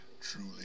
truly